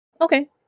Okay